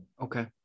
Okay